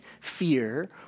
fear